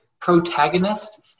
protagonist